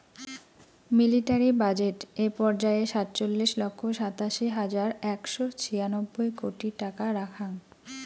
military budget এ পর্যায়ে সাতচল্লিশ লক্ষ সাতাশি হাজার একশো ছিয়ানব্বই কোটি টাকা রাখ্যাং